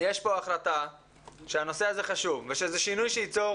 יש פה החלטה שהנושא הזה חשוב ושזה שינוי שיצור